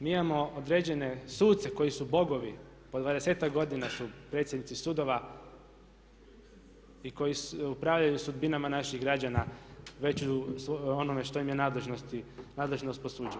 Mi imamo određene suce koji su bogovi po 20-ak godina su predsjednici sudova i koji upravljaju sudbinama naših građana već u onome što im je nadležnost po suđenju.